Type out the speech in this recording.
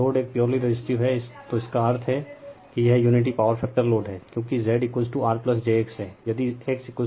यदि लोड एक purely resistive है तो इसका अर्थ है कि यह यूनिटी पॉवर फैक्टर लोड है क्योंकि Z R j X हैं